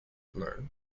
learn